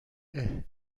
احتقان